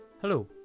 Hello